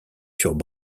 furent